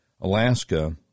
Alaska